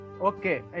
Okay